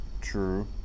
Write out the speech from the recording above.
true